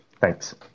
Thanks